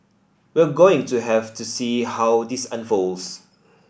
we're going to have to see how this unfolds